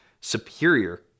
superior